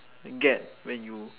get when you